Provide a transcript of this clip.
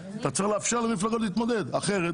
אתה צריך לאפשר למפלגות להתמודד כי אחרת